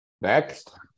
Next